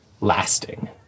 lasting